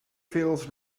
feels